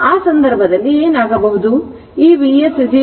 ಆದ್ದರಿಂದ ಆ ಸಂದರ್ಭದಲ್ಲಿ ಏನಾಗಬಹುದು ಈ Vs v infinity v ಆಗಿದೆ